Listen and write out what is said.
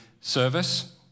service